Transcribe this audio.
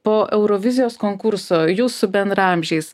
po eurovizijos konkurso jūs su bendraamžiais